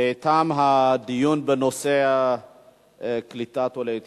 תם הדיון בנושא קליטת עולי אתיופיה,